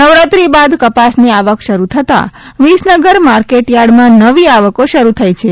નવરાત્રી બાદ કપાસની આવક શરૂ થતા વિસનગર માર્કેટ યાર્ડમાં નવી આવકો શરૂ થઇ છે